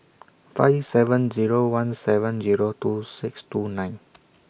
five seven Zero one seven Zero two six two nine